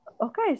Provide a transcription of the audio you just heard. okay